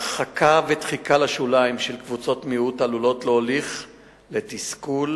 הרחקה ודחיקה לשוליים של קבוצות מיעוט עלולות להוליך לתסכול,